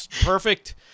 perfect